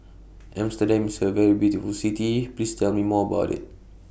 Amsterdam IS A very beautiful City Please Tell Me More about IT